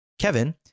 Kevin